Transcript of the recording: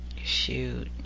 shoot